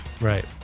Right